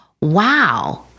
wow